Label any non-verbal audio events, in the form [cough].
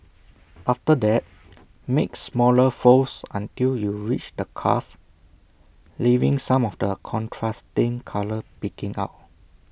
[noise] after that make smaller folds until you reach the cuff leaving some of the contrasting colour peeking out